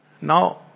Now